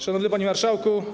Szanowny Panie Marszałku!